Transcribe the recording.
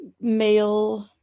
male